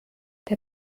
der